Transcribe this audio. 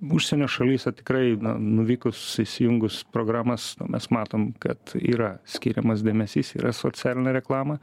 užsienio šalyse tikrai na nuvykus įsijungus programas nu mes matom kad yra skiriamas dėmesys yra socialinė reklama